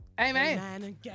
Amen